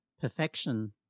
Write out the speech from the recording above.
perfection